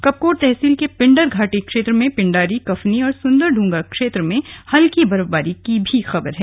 कपकोट तहसील के पिंडर घाटी क्षेत्र में पिंडारी कफनी और सुंदरदूंगा क्षेत्र में हल्की बर्फबारी की भी खबर है